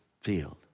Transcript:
field